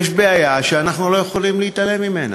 יש בעיה שאנחנו לא יכולים להתעלם ממנה.